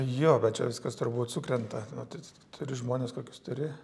jo bet čia viskas turbūt sukrenta matyt turi žmones kokius turi